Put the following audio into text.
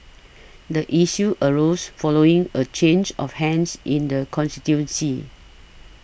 the issue arose following a change of hands in the constituency